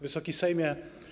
Wysoki Sejmie!